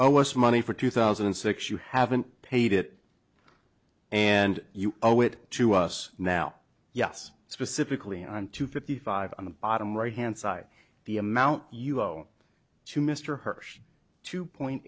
was money for two thousand and six you haven't paid it and you owe it to us now yes specifically on two fifty five on the bottom right hand side the amount you owe to mr hersh two point